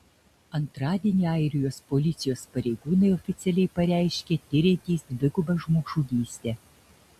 antradienį airijos policijos pareigūnai oficialiai pareiškė tiriantys dvigubą žmogžudystę